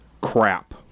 crap